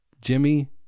Jimmy